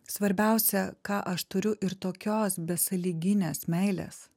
svarbiausia ką aš turiu ir tokios besąlyginės meilės